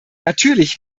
natürlich